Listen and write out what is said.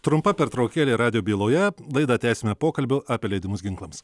trumpa pertraukėlė radijo byloje laidą tęsime pokalbių apie leidimus ginklams